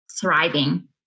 thriving